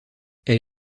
elle